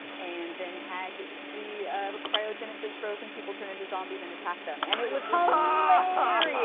and then had the cryogenically frozen people turn into zombies and attack them. and it was ah